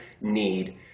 need